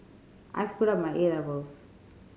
I screwed up my A levels